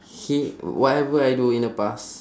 he whatever I do in the past